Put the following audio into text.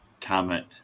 comment